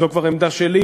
זו כבר עמדה שלי,